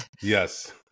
Yes